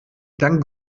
dann